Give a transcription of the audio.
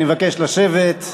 אני מבקש לשבת.